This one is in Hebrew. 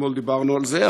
אתמול דיברנו על זה,